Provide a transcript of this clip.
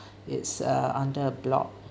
it's uh under a block